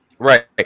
Right